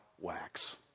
wax